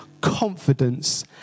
confidence